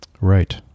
Right